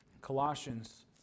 Colossians